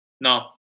No